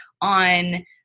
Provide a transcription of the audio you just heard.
on